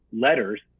letters